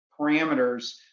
parameters